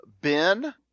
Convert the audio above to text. ben